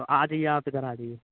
तो आजाइए आप इधर आजाइए